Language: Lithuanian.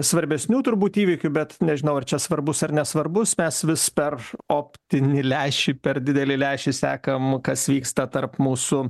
svarbesnių turbūt įvykių bet nežinau ar čia svarbus ar nesvarbus mes vis per optinį lęšį per didelį lęšį sekam kas vyksta tarp mūsų